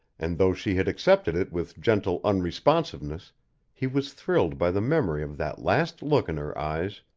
and though she had accepted it with gentle unresponsiveness he was thrilled by the memory of that last look in her eyes,